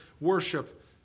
worship